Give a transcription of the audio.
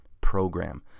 program